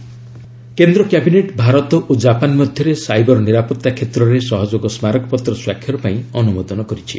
cabinet କେନ୍ଦ୍ର cabinet Bharat ଓ Japan ମଧ୍ୟରେ ସାଇବର ନିରାପତ୍ତା କ୍ଷେତ୍ରରେ ସହଯୋଗ ସ୍ମାରକପତ୍ର ସ୍ୱାକ୍ଷର ପାଇଁ ଅନୁମୋଦନ କରିଛି